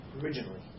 Originally